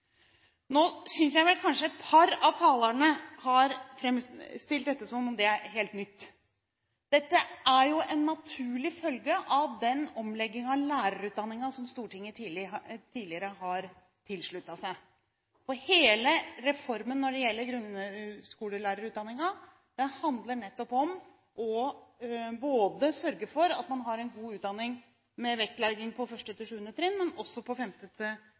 Nå synes jeg kanskje et par av talerne har framstilt dette som om det er helt nytt. Dette er jo en naturlig følge av den omleggingen av lærerutdanningen som Stortinget tidligere har tilsluttet seg. Hele reformen når det gjelder grunnskolelærerutdanningen, handler nettopp om å sørge for at man har en god utdanning med vektlegging på 1.–7. trinn, men også på 5.–10. trinn, og med større vektlegging på formell kompetanse i fag til